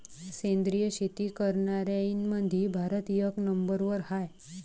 सेंद्रिय शेती करनाऱ्याईमंधी भारत एक नंबरवर हाय